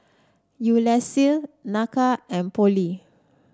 Ulysses Nakia and Pollie